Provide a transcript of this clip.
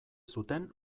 zuten